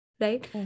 right